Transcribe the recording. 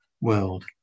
world